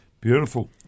Beautiful